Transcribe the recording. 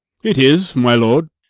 it is, my lord.